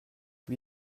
lui